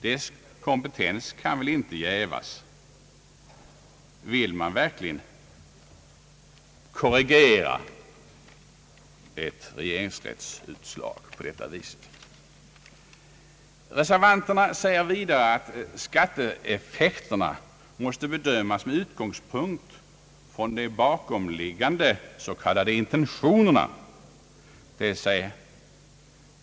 Dess kompetens kan väl inte jävas. Vill man verkligen korrigera ett regeringsrättsutslag på detta vis? Reservanterna säger vidare att skatteeffekterna måste bedömas med utgångspunkt från de bakomliggande s.k. intentionerna.